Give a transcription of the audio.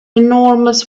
enormous